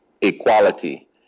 equality